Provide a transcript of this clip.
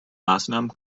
maßnahmen